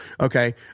okay